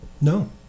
No